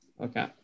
Okay